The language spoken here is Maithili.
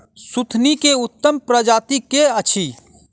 सुथनी केँ उत्तम प्रजाति केँ अछि?